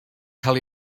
cael